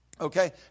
Okay